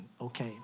Okay